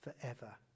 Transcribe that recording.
forever